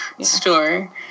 store